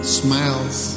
smiles